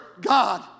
God